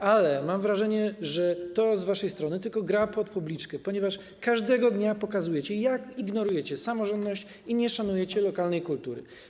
Mam jednak wrażenie, że to z waszej strony tylko gra pod publiczkę, ponieważ każdego dnia pokazujecie, jak ignorujecie samorządność i nie szanujecie lokalnej kultury.